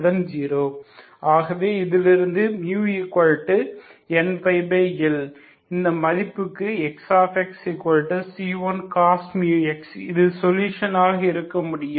ஆகவே இதிலிருந்து μnπL இந்த மதிப்புகளுக்கு Xxc1cos μx இது சொலுஷன் ஆக இருக்க முடியும்